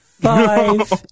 five